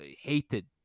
hated